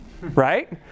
right